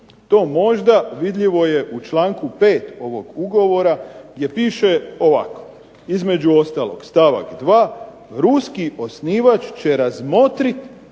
To možda vidljivo je u članku 5. ovog ugovora gdje piše ovako, između ostalog stavak 2. "Ruski osnivač će razmotriti